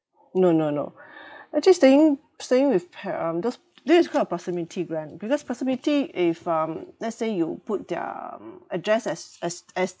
no no no actually staying staying with par~ um those this is called a proximity grant because proximity if um let's say you put um address as as as